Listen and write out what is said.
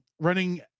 running